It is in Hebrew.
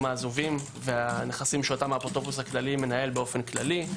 העזובים והנכסים שאותם האפוטרופוס הכללי מנהל באופן כללי.